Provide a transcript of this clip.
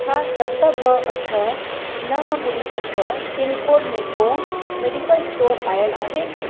छा सत ॿ अठ नव ॿुड़ी अठ पिनकोड में को मेडिकल स्टोर आयलु आहे